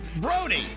Brody